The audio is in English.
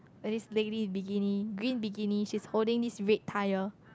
there's this lady in bikini green bikini she's holding this red tyre